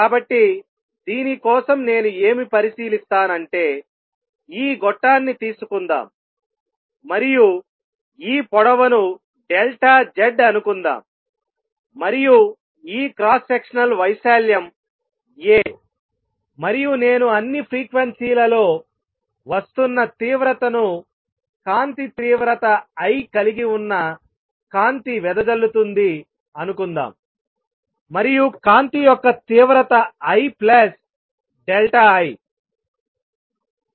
కాబట్టి దీని కోసం నేను ఏమి పరిశీలిస్తాను అంటే ఈ గొట్టాన్ని తీసుకుందాం మరియు ఈ పొడవును డెల్టా Z అనుకుందాం మరియు ఈ క్రాస్ సెక్షనల్ వైశాల్యం a మరియు నేను అన్ని ఫ్రీక్వెన్సీ లలో వస్తున్న తీవ్రత ను కాంతి తీవ్రత I కలిగి ఉన్న కాంతి వెదజల్లుతుంది అనుకుందాం మరియు కాంతి యొక్క తీవ్రత I ప్లస్ డెల్టా I